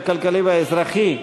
הכלכלי והאזרחי.